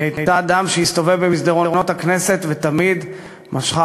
היא הייתה אדם שהסתובב במסדרונות הכנסת והיא תמיד משכה